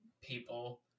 people